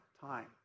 time